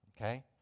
Okay